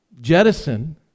jettison